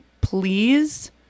please